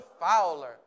fowler